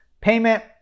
payment